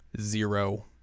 zero